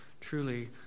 truly